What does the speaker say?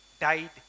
died